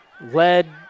led